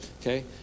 Okay